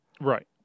Right